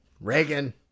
Reagan